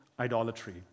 idolatry